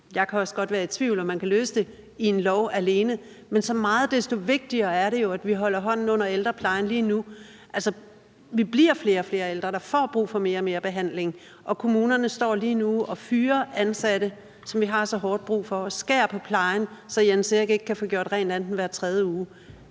Jeg kan også godt være i tvivl om, om man kan løse det i en lov alene, men så meget desto vigtigere er det jo, at vi holder hånden under ældreplejen lige nu. Altså, vi bliver flere og flere ældre, der får brug for mere og mere behandling, og kommunerne står lige nu og fyrer ansatte, som vi har så hårdt brug for, og skærer i plejen, så Jens Erik ikke kan få gjort rent andet end hver tredje uge.